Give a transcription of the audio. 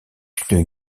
une